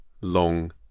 long